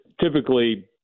typically